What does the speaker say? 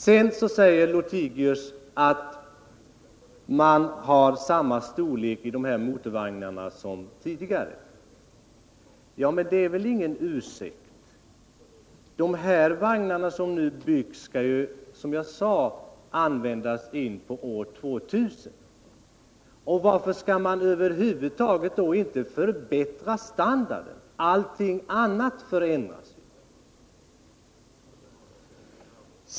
Lothigius säger att de här motorvagnarna har samma storlek som de tidigare. Men, det är väl ingen ursäkt. De vagnar som nu byggs skall, som jag sade, användas även en bit efter år 2000. Varför skall man då inte förbättra standarden? Allting annat förändras ju.